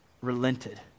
relented